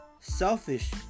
selfish